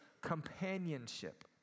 companionship